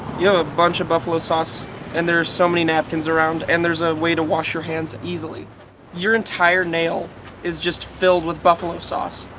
a bunch of buffalo sauce and there are so many napkins around and there's a way to wash your hands easily your entire nail is just filled with buffalo and sauce